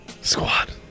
Squad